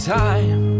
time